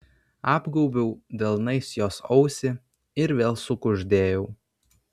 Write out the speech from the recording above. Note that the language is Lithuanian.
apgobiau delnais jos ausį ir vėl sukuždėjau